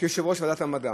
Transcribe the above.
כיושב-ראש ועדת המדע.